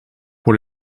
pour